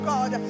God